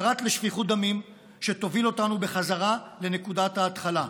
פרט לשפיכות דמים שתוביל אותנו בחזרה לנקודת ההתחלה.